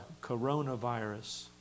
coronavirus